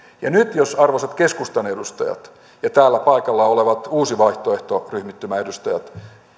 nyt jos arvoisat keskustan edustajat ja täällä paikalla olevat uusi vaihtoehto ryhmittymän edustajat